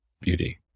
beauty